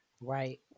Right